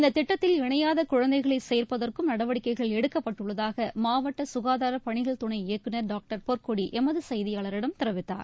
இந்த திட்டத்தில் இணையாத குழந்தைகளை சேர்ப்பதற்கும் நடவடிக்கைகள் எடுக்கப்பட்டுள்ளதாக மாவட்ட சுகாதாரப் பணிகள் துணை இயக்குநர் டாக்டர் பொற்கொடி எமது செய்தியாளரிடம் தெரிவித்தார்